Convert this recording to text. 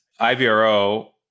ivro